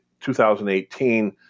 2018